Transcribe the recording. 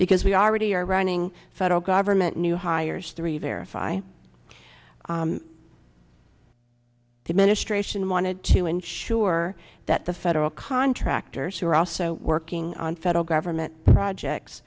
because we already are running federal government new hires three verify to ministration wanted to ensure that the federal contractors who are also working on federal government projects